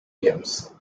games